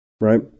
right